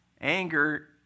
anger